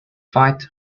fight